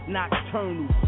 Nocturnal